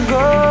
go